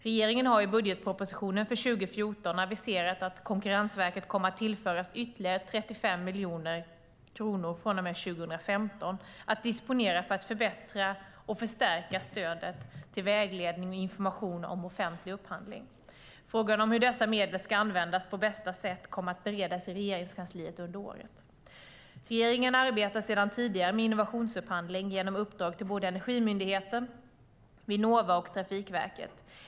Regeringen har i budgetpropositionen för 2014 aviserat att Konkurrensverket kommer att tillföras ytterligare 35 miljoner kronor från och med 2015 att disponera för att förbättra och förstärka stödet till vägledning och information om offentlig upphandling. Frågan om hur dessa medel ska användas på bästa sätt kommer att beredas i Regeringskansliet under året. Regeringen arbetar sedan tidigare med innovationsupphandling genom uppdrag till både Energimyndigheten, Vinnova och Trafikverket.